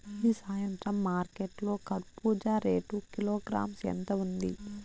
ఈ సాయంత్రం మార్కెట్ లో కర్బూజ రేటు కిలోగ్రామ్స్ ఎంత ఉంది?